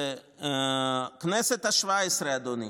בכנסת השבע-עשרה, אדוני,